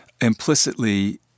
implicitly